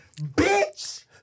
bitch